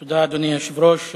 תודה, אדוני היושב-ראש.